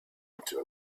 into